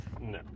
no